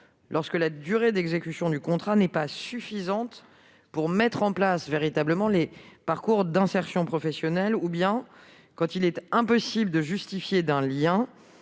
lorsque la durée d'exécution du contrat n'est pas suffisante pour mettre véritablement en place les parcours d'insertion professionnelle ou lorsqu'il est impossible de justifier d'un lien